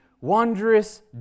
wondrous